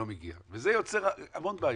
לא מגיע וזה יוצר המון בעיות.